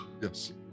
Yes